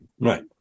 Right